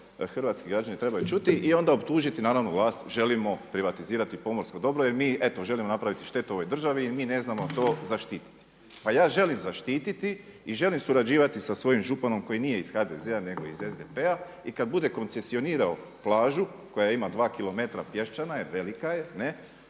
hrvatski građani trebaju čuti i onda optužiti naravno vas želimo privatizirati pomorsko dobro jel mi eto želimo napraviti štetu ovoj državi i mi ne znamo to zaštititi. Pa ja želim zaštititi i želim surađivati sa svojim županom koji nije iz HDZ-a nego iz SDP-a i kada bude koncesionirao plažu koja ima 2km pješčana jer velika je,